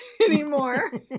anymore